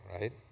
right